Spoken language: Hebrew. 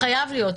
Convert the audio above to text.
זה חייב להיות.